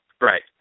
Right